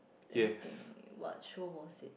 let me think what show was it